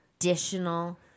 additional